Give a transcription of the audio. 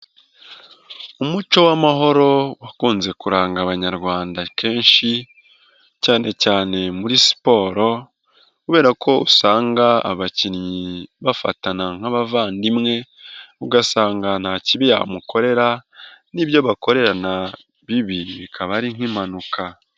Umuco w'amahoro wakunze kuranga Abanyarwanda kenshi cyane cyane muri siporo kubera ko usanga abakinnyi bafatana nk'abavandimwe, ugasanga nta kibi yamukorera n'ibyo bakorerana bibi bikaba ari nk'impanuka.